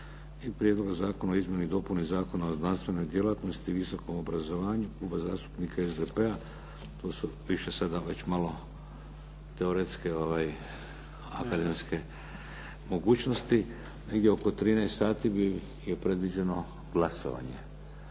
Prijedloga Zakona o izmjeni i dopuni Zakona o znanstvenoj djelatnosti i visokom obrazovanju Kluba zastupnika SDP-a. To su više sada, već malo teoretske, akademske mogućnosti. Negdje oko 13 sati je predviđeno glasovanje